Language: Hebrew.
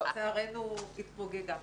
לצערנו היא התפוגגה.